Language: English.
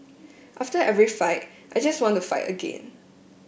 after every fight I just want to fight again